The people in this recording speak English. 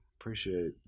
Appreciate